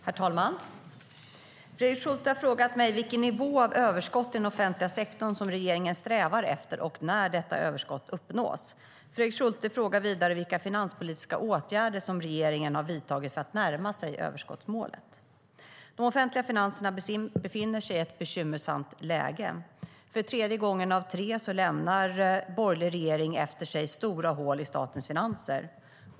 Herr talman! Fredrik Schulte har frågat mig vilken nivå av överskott i den offentliga sektorn som regeringen strävar efter och när detta överskott uppnås. Fredrik Schulte frågar vidare vilka finanspolitiska åtgärder regeringen har vidtagit för att närma sig överskottsmålet. De offentliga finanserna befinner sig i ett bekymmersamt läge. För tredje gången av tre lämnar en borgerlig regering efter sig stora hål i statens finanser.